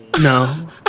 No